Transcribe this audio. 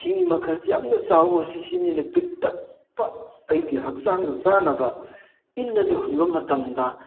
ꯍꯤ ꯃꯈꯜꯁꯤ ꯌꯥꯝꯅ ꯆꯥꯎꯕꯁꯨ ꯁꯤꯖꯤꯟꯅꯩ ꯄꯤꯛꯇꯛꯄ ꯑꯩꯒꯤ ꯍꯛꯆꯥꯡꯒ ꯆꯥꯟꯅꯕ ꯏꯟ ꯑꯗꯨ ꯍꯨꯟꯕ ꯃꯇꯝꯗ